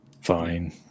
Fine